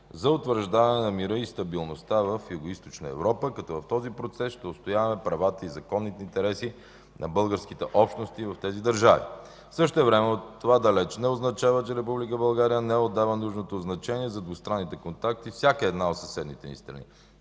за утвърждаване на мира и стабилността в Югоизточна Европа, като в този процес ще отстояваме правата и законните интереси на българските общности в тези държави. Същевременно това далеч не означава, че Република България не отдава нужното значение за двустранните контакти с всяка една от съседните ни страни.